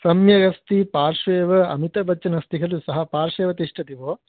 सम्यगस्ति पार्श्वे एव अमिताबच्चन् अस्ति खलु सः पार्श्वे एव तिष्ठति भोः